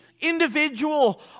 individual